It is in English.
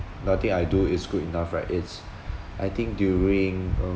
nothing I do is good enough right it's I think during um